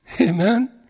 Amen